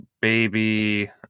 baby